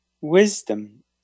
wisdom